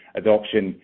adoption